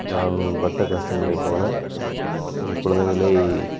நான் பட்ட கஷ்டங்களை போல் என் குழந்தைகளை